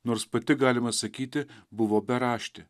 nors pati galima sakyti buvo beraštė